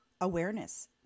awareness